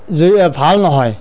যো ভাল নহয়